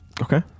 Okay